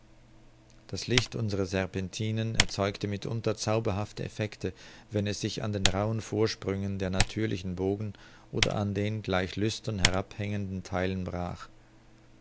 das licht unserer serpentinen erzeugte mitunter zauberhafte effecte wenn es sich an den rauhen vorsprüngen der natürlichen bogen oder an den gleich lüstren herabhängenden theilen brach